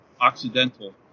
Occidental